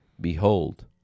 Behold